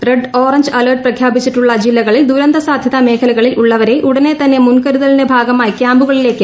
red orange alert പ്രഖ്യാപിച്ചിട്ടുള്ള ജില്ലകളിൽ ദുരന്ത സാധ്യത മേഖലകളിൽ ഉള്ളവരെ ഉടനെ തന്നെ മുൻകരുതലിന്റെ ഭാഗമായി ക്യാമ്പുകളിലേക്ക് മാറ്റേണ്ടതാണ്